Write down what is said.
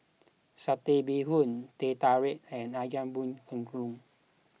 Satay Bee Hoon Teh Tarik and Ayam Buah Keluak